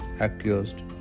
accused